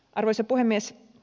arvoisa puhemies